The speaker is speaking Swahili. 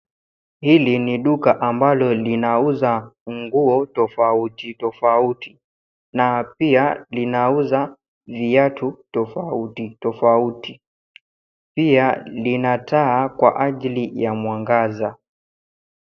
Hili ni duka ambalo linauza nguo tofauti tofauti, na pia linauza viatu tofauti tofauti. Pia lina taa kwa ajili ya mwangaza.